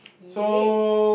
yay